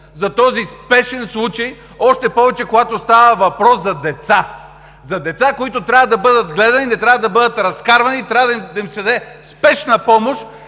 за този спешен случай – още повече, когато става въпрос за деца, за деца, които трябва да бъдат прегледани, не трябва да бъдат разкарвани и трябва да им се даде спешна помощ.